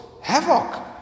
havoc